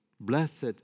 Blessed